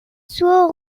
zur